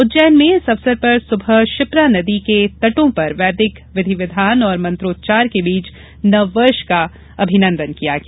उज्जैन में इस अवसर पर सुबह शिप्रा नदी के तटों पर वैदिक विधिविधान और मंत्रोच्चार के बीच नववर्ष का अभिनन्दन किया गया